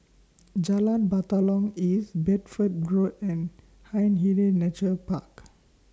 Jalan Batalong East Bedford Road and Hindhede Nature Park